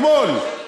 אתמול,